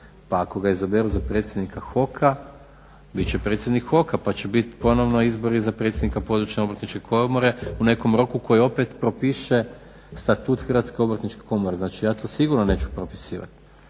Pa ako ga izaberu za predsjednika HOK-a bit će predsjednik HOK-a pa će biti ponovno izbori za predsjednika područne obrtničke komore u nekom roku koji opet propiše Statut Hrvatske obrtničke komore. Znači ja to sigurno neću propisivati,